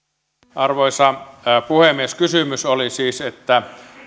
arvoisa puhemies kysymys oli siis että